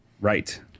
Right